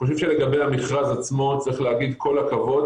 אני חושב שלגבי המכרז עצמו צריך להגיד כל הכבוד.